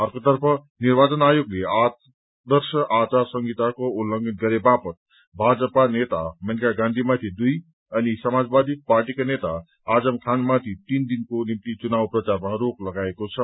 अर्कोतर्फ निर्वाचन आयोगले आदर्श आचार संहिताको उल्लंघन गरेवापत भाजपा नेता मनेका गाँधीमाथि दुइ अनि समाजवादी पार्टीका नेता आजम खानमाथि तीन दिनको निम्ति चुनाव प्रचारमा रोक लगाएको छ